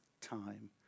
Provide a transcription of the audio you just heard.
time